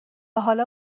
حالا